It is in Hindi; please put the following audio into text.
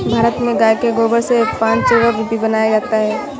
भारत में गाय के गोबर से पंचगव्य भी बनाया जाता है